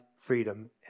Freedom